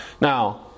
Now